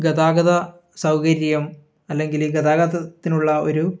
ഗതാഗത സൗകര്യം അല്ലെങ്കിൽ ഗതാഗതത്തിനുള്ള ഒരു